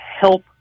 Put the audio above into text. help